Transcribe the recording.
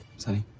sunny,